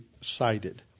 cited